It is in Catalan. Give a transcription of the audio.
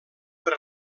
per